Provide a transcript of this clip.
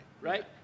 Right